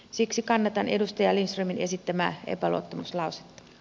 siksi kannatan edustaja lindströmin esittämää epäluottamuslausetta